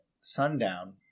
sundown